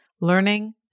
learning